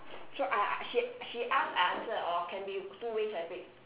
so I she she ask I answer or can be two ways I pick